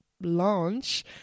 launch